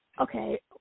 okay